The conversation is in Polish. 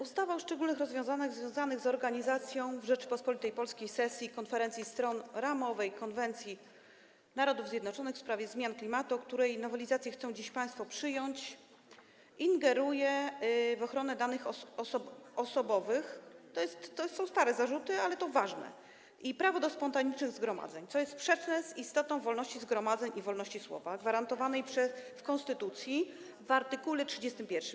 Ustawa o szczególnych rozwiązaniach związanych z organizacją w Rzeczypospolitej Polskiej sesji Konferencji Stron Ramowej konwencji Narodów Zjednoczonych w sprawie zmian klimatu, której nowelizację chcą dziś państwo przyjąć, ingeruje w ochronę danych osobowych - to są stare, ale ważne zarzuty - i prawo do spontanicznych zgromadzeń, co jest sprzeczne z istotą wolności zgromadzeń i wolności słowa gwarantowanych w konstytucji w art. 31.